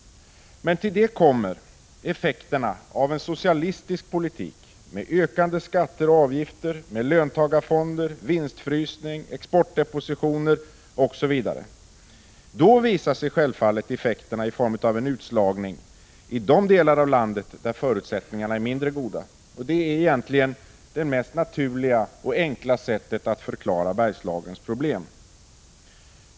Men till detta kommer effekterna av en socialistisk politik, med ökande skatter och avgifter, löntagarfonder, vinstfrysning, exportdepositioner, osv. Effekterna i form av utslagning visar sig självfallet först i de delar av landet där förutsättningarna är mindre goda. Det är egentligen det mest naturliga och enklaste sättet att förklara Bergslagens problem.